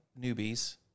newbies